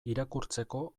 irakurtzeko